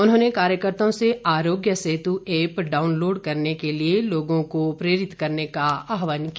उन्होंने कार्यकर्ताओं से आरोग्य सेतू एप्प डाउनलोड करने के लिये लोगों को प्रेरित करने का आह्वान किया